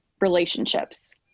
relationships